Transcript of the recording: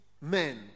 men